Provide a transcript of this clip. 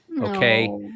Okay